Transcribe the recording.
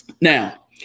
Now